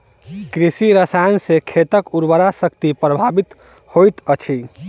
कृषि रसायन सॅ खेतक उर्वरा शक्ति प्रभावित होइत अछि